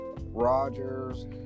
Rodgers